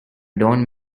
don’t